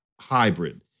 hybrid